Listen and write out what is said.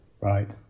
Right